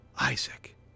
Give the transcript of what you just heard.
Isaac